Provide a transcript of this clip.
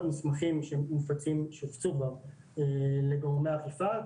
במסמכים שהופצו כבר לגורמי האכיפה,